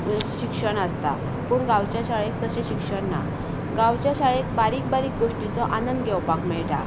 शिक्षण आसता पूण गांवच्या शाळेंत तशें शिक्षण ना गांवच्या शाळेंत बारीक बारीक गोश्टीचो आनंद घेवपाक मेळटा